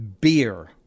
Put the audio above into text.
Beer